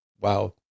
wow